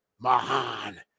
Mahan